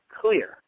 clear